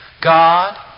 God